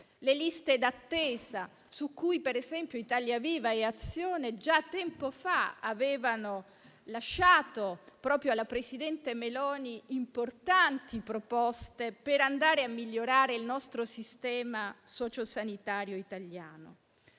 le liste d'attesa, su cui, per esempio, Italia Viva e Azione già tempo fa avevano lasciato proprio al presidente Meloni importanti proposte per migliorare il sistema sociosanitario italiano.